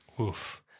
Oof